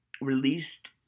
released